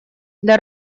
для